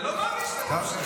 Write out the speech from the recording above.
לא מאמין שאתה ממשיך עם זה.